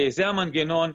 זה המנגנון,